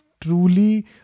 truly